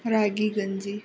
ರಾಗಿ ಗಂಜಿ